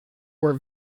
were